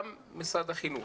גם משרד החינוך,